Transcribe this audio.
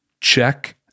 check